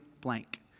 blank